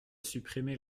supprimer